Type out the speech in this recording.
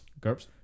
GURPS